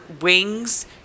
wings